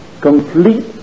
Complete